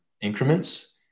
increments